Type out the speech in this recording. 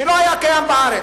שלא היה קיים בארץ.